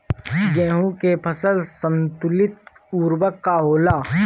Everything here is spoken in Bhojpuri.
गेहूं के फसल संतुलित उर्वरक का होला?